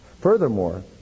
Furthermore